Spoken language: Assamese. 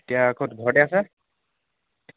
এতিয়া ক'ত ঘৰতে আছা